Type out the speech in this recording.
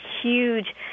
huge